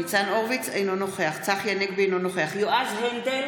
אינו נוכח צחי הנגבי, אינו נוכח יועז הנדל,